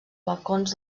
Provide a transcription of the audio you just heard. balcons